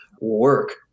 work